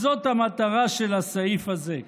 אז זאת המטרה של הסעיף הזה.